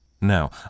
Now